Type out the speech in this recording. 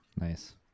Nice